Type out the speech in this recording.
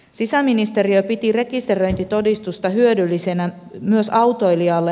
sisäministeriö piti rekisteröintitodistusta hyödyllisenä myös autoilijalle